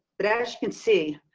but as you can see,